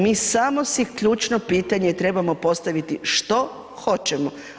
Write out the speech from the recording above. Mi samo si ključno pitanje, trebamo postaviti, što hoćemo?